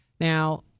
Now